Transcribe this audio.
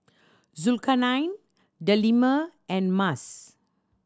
Zulkarnain Delima and Mas